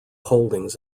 holdings